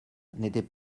n’étaient